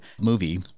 movie